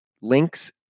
links